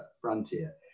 frontier